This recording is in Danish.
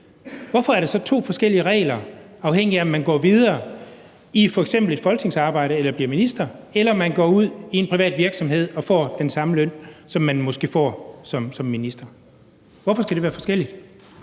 hvorfor er der så to forskellige regler, afhængigt af om man går videre i f.eks. et folketingsarbejde eller bliver minister eller man går ud i en privat virksomhed og får den samme løn, som man måske får som minister? Hvorfor skal det være forskelligt?